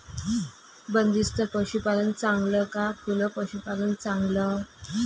बंदिस्त पशूपालन चांगलं का खुलं पशूपालन चांगलं?